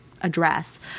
address